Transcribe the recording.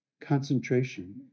concentration